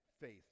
faith